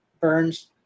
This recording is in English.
Burns